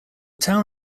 town